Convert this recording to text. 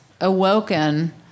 awoken